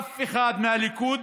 אף אחד מהליכוד